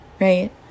right